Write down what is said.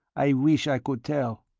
i wish i could tell.